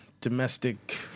domestic